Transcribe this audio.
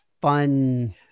fun